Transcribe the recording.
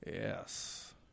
Yes